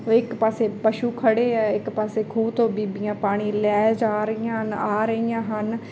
ਇੱਕ ਪਾਸੇ ਪਸ਼ੂ ਖੜ੍ਹੇ ਆ ਇੱਕ ਪਾਸੇ ਖੂਹ ਤੋਂ ਬੀਬੀਆਂ ਪਾਣੀ ਲੈ ਜਾ ਰਹੀਆਂ ਆ ਰਹੀਆਂ ਹਨ ਆ ਰਹੀਆਂ ਹਨ